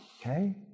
Okay